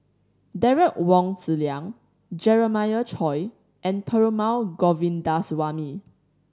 Derek Wong Zi Liang Jeremiah Choy and Perumal Govindaswamy